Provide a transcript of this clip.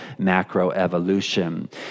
macroevolution